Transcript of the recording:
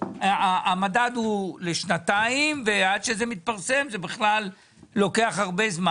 המדד הוא לשנתיים ועד שזה מתפרסם זה בכלל לוקח הרבה זמן